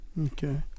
Okay